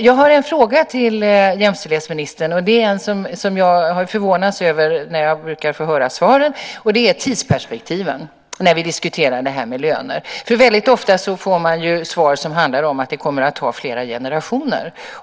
Jag har en fråga till jämställdhetsministern. Jag brukar förvånas när jag får höra svaren. Det är tidsperspektiven när vi diskuterar löner. Väldigt ofta får man svar som handlar om att det kommer att ta flera generationer.